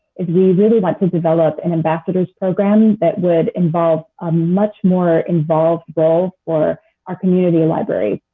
is we really want to develop an ambassadors program that would involve a much more involved role for our community library.